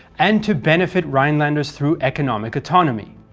and to benefit rhinelanders through economic autonomy.